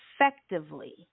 effectively